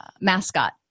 mascot